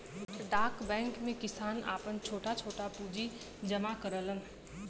डाक बैंक में किसान आपन छोट छोट पूंजी जमा करलन